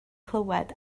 clywed